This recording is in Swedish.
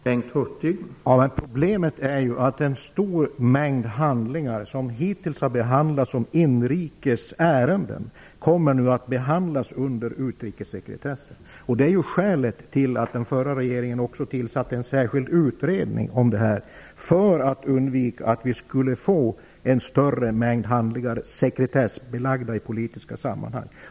Herr talman! Problemet är att en stor mängd handlingar som hittills har behandlats som inrikes ärenden kommer att behandlas under utrikessekretessen. Det är ju skälet till att den förra regeringen tillsatte en särskild utredning om denna fråga för att undvika att vi skulle få en större mängd sekretessbelagda handlingar i politiska sammanhang.